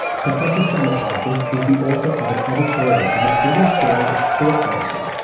professor stamatakis is the author of an editorial in the british journal of sports medicine,